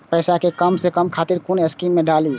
पैसा कै कम समय खातिर कुन स्कीम मैं डाली?